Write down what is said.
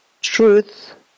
truth